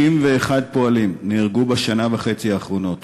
51 פועלים נהרגו בשנה וחצי האחרונות,